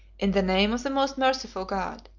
in the name of the most merciful god,